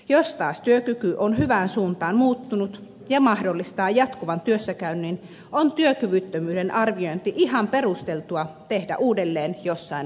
jos taas työkyky on hyvään suuntaan muuttunut ja mahdollistaa jatkuvan työssäkäynnin on työkyvyttömyyden arviointi ihan perusteltua tehdä uudelleen jossain vaiheessa